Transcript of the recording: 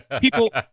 People